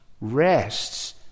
rests